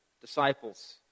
disciples